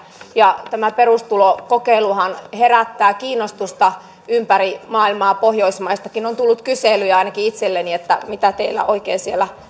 ja tämä perustulokokeiluhan herättää kiinnostusta ympäri maailmaa pohjoismaistakin on tullut kyselyjä ainakin itselleni että mitä teillä oikein siellä